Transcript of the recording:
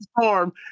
farm